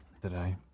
today